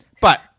but-